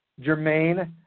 Jermaine